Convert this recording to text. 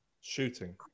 Shooting